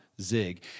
Zig